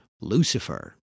Lucifer